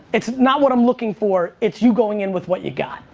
it's not what i'm looking for it's you going in with what you got.